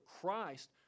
Christ